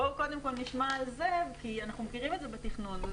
בואו קודם כל נשמע על זה כי אנחנו מכירים את זה בתכנון.